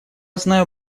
знаю